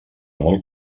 molt